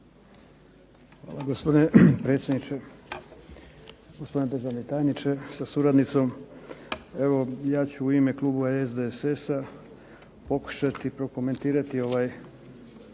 Hvala gospodine predsjedniče, gospodine državni tajniče sa suradnicom. Evo ja ću u ime kluba SDSS-a pokušati prokomentirati ovaj